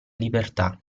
libertà